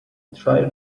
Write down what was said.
tried